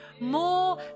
more